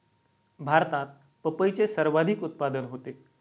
भारतात पपईचे सर्वाधिक उत्पादन होते